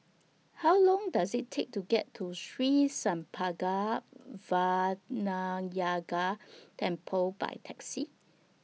How Long Does IT Take to get to Sri Senpaga Vinayagar Temple By Taxi